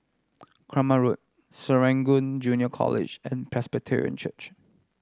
Kramat Road Serangoon Junior College and Presbyterian Church